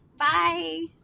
Bye